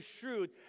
shrewd